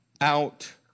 out